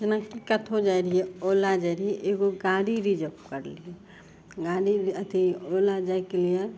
जेनाकि कतहु जाइ रहियै ओला जाइ रहियै एगो गाड़ी रिजर्व करली गाड़ी अथी ओला जाइके लिये